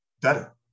better